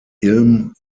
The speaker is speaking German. ilm